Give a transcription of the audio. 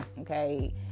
Okay